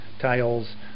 tiles